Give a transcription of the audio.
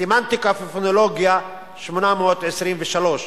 סמנטיקה ופונולוגיה, 823,